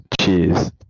Cheers